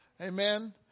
Amen